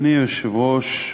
אדוני היושב-ראש,